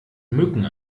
mücken